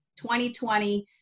2020